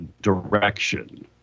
direction